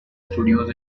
studios